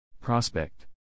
Prospect